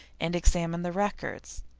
and examine the records,